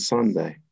Sunday